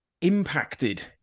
impacted